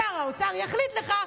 שר האוצר יחליט לך,